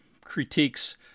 critiques